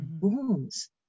wounds